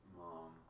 mom